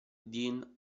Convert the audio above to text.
dean